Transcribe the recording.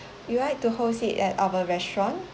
you like to host it at our restaurant